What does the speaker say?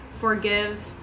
forgive